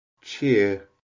cheer